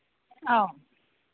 ആ